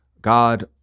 God